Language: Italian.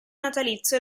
natalizio